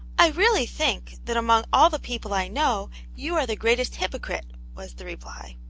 i really think that among all the people i know you are the greatest hypocrite, was the reply.